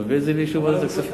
ומביאים את זה לאישור ועדת הכספים.